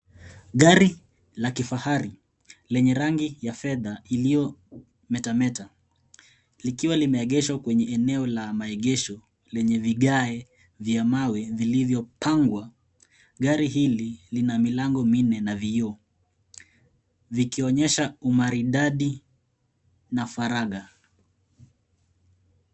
Gari la kifahari lenye rangi ya fedha iliyo metameta, likiwa limeegeshwa kwenye eneo la maegesho lenye vigae vya mawe vilivyopangwa, gari hili lina milango minne na vyoo vikionyesha umaridadi na faragha.